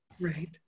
Right